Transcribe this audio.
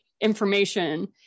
information